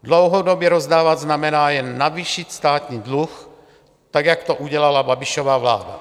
Dlouhodobě rozdávat znamená jen navýšit státní dluh, tak jak to udělala Babišova vláda.